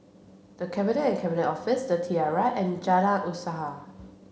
the Cabinet and Cabinet Office the Tiara and Jalan Usaha